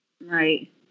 Right